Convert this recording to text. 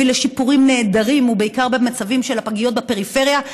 הוא הביא לשיפורים נהדרים בעיקר במצבם של הפגיות בפריפריה,